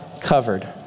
covered